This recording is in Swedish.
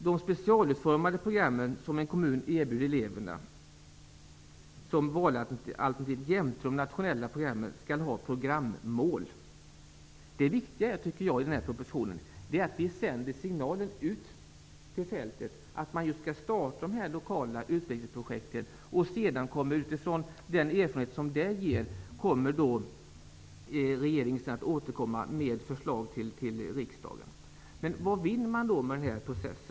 De specialutformade program som en kommun erbjuder eleverna som valalternativ jämte de nationella programmen skall ha programmål. Det viktiga är att vi med denna proposition sänder signalen ut på fältet, att man skall starta lokala utvecklingsprojekt. Utifrån den erfarenhet som de ger kommer regeringen att återkomma med förslag till riksdagen. Vad vinner man då med denna process?